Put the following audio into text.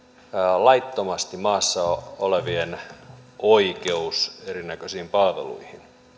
laittomasti maassa olevien oikeus eri näköisiin palveluihin